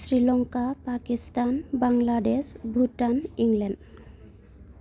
Sri Lanka Pakistan Bangladesh Bhutan England